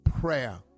Prayer